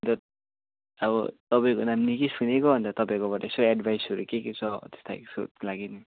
अन्त अब तपाँईको नाम निकै सुनेको अन्त तपाईँकोबाट यसो एड्भाइसहरू के के छ हो त्यस्तो सोध्नु लागि नि